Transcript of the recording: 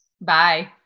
Bye